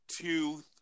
two